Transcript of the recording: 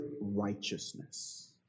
righteousness